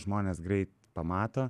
žmonės greit pamato